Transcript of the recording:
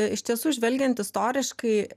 iš tiesų žvelgiant istoriškai